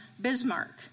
Bismarck